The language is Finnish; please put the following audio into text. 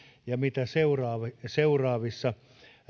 ja mitä seuraavissa seuraavissa